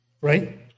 Right